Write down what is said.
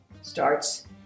starts